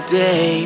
day